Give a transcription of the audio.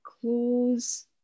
close